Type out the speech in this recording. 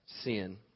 sin